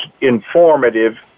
informative